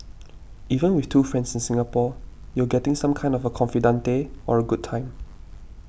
even with two friends in Singapore you're getting some kind of a confidante or a good time